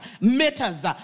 matters